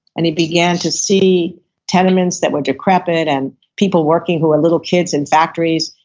and he began to see tenements that were decrepit, and people working who were little kids in factories.